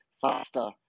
faster